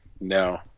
no